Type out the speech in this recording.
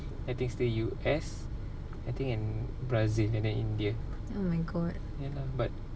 I think still U_S I think and brazil and then india ya lah but